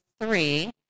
three